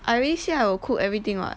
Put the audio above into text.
I already say I will cook everything [what]